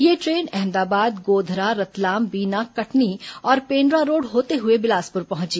यह ट्रेन अहमदाबाद गोधरा रतलाम बीना कटनी और पेण्ड्रा रोड होते हुए बिलासपुर पहुंची